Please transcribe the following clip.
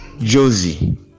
Josie